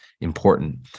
important